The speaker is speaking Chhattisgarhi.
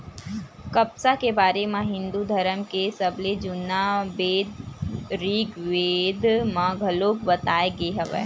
कपसा के बारे म हिंदू धरम के सबले जुन्ना बेद ऋगबेद म घलोक बताए गे हवय